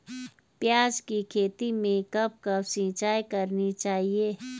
प्याज़ की खेती में कब कब सिंचाई करनी चाहिये?